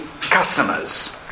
customers